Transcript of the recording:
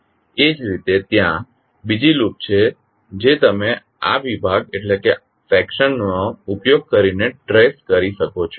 એ જ રીતે ત્યાં બીજી લૂપ છે જે તમે આ વિભાગ નો ઉપયોગ કરીને ટ્રેસ કરી શકો છો